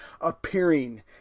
appearing